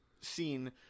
scene